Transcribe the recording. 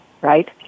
right